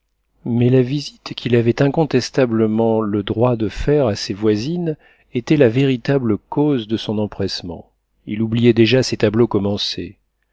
mais la visite qu'il avait incontestablement le droit de faire à ses voisines était la véritable cause de son empressement il oubliait déjà ses tableaux commencés